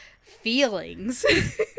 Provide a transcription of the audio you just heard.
feelings